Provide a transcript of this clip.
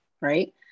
right